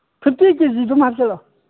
fifty KG ꯑꯗꯨꯝ ꯍꯥꯞꯆꯜꯂꯛꯑꯣ